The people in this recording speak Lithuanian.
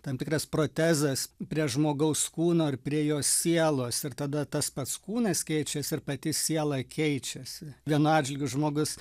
tam tikras protezas prie žmogaus kūno ar prie jo sielos ir tada tas pats kūnas keičiasi ir pati siela keičiasi vienu atžvilgiu žmogus